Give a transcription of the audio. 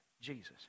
Jesus